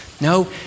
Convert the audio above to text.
No